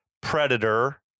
Predator